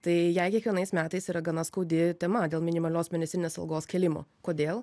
tai jai kiekvienais metais yra gana skaudi tema dėl minimalios mėnesinės algos kėlimo kodėl